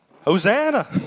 Hosanna